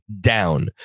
down